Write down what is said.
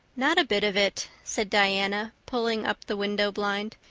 not a bit of it, said diana, pulling up the window blind.